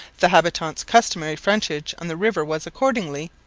the habitant's customary frontage on the river was, accordingly,